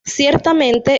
ciertamente